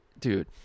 Dude